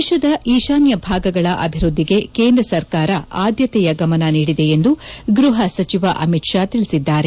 ದೇಶದ ಈಶಾನ್ಯ ಭಾಗಗಳ ಅಭಿವೃದ್ಧಿಗೆ ಕೇಂದ್ರ ಸರ್ಕಾರ ಆದ್ಯತೆಯ ಗಮನ ನೀಡಿದೆ ಎಂದು ಗ್ಬಹ ಸಚಿವ ಅಮಿತ್ ಷಾ ತಿಳಿಸಿದ್ದಾರೆ